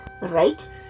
Right